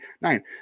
nine